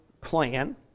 plan